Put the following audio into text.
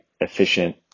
efficient